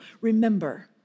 Remember